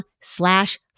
slash